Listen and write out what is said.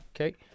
Okay